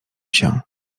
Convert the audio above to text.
się